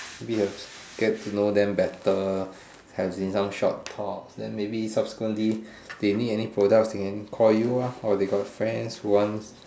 maybe have get to know them better have in some short talks then maybe subsequently they need any product they can call you ah or they got friend who want